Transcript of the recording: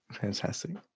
Fantastic